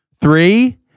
Three